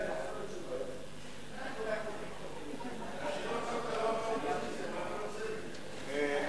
ההצעה להעביר את הצעת חוק הביטוח הלאומי (תיקון מס' 128),